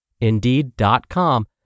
Indeed.com